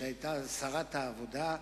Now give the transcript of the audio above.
שהיתה אז שרת העבודה,